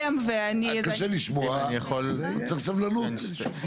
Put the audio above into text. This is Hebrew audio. תגיב סבלנות.